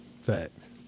Facts